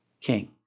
king